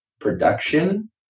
production